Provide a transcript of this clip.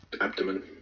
abdomen